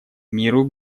миру